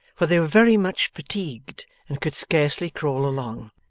for they were very much fatigued and could scarcely crawl along.